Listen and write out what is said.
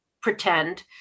pretend